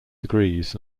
degrees